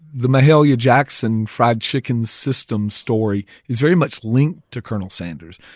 the mahalia jackson fried chicken system story is very much linked to colonel sanders.